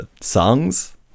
Songs